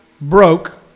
broke